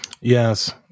Yes